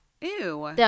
Ew